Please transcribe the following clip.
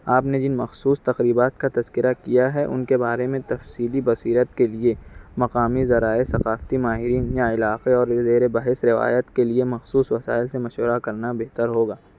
آپ نے جن مخصوص تقریبات کا تذکرہ کیا ہے ان کے بارے میں تفصیلی بصیرت کے لئے مقامی ذرائع ثقافتی ماہرین علاقے اور زیر بحث روایت کے لئے مخصوص وسائل سے مشورہ کرنا بہتر ہوگا